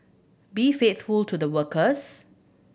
be faithful to the workers